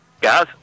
Guys